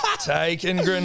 Taking